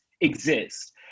exist